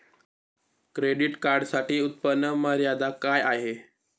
Credit कार्डसाठी उत्त्पन्न मर्यादा काय आहे?